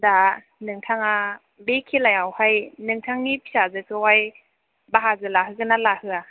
दा नोंथाङा बे खेलायावहाय नोंथांनि फिसाजोखौहाय बाहागो लाहोगोनना लाहोया